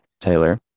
Taylor